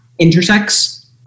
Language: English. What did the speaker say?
Intersex